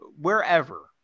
wherever